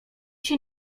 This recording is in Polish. się